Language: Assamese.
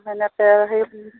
এনেকৈ হেৰি